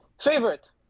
Favorite